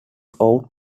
own